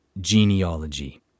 Genealogy